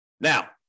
Now